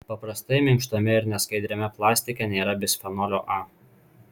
paprastai minkštame ir neskaidriame plastike nėra bisfenolio a